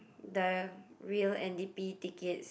the real N_D_P ticket